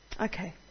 Okay